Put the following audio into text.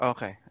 Okay